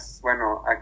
Bueno